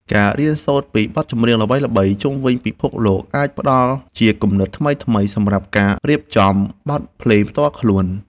ការរៀនសូត្រពីបទចម្រៀងល្បីៗជុំវិញពិភពលោកអាចផ្ដល់ជាគំនិតថ្មីៗសម្រាប់ការរៀបចំបទភ្លេងផ្ទាល់ខ្លួន។